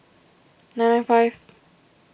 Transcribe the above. nine nine five